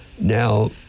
Now